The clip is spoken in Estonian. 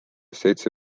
seitse